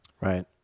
Right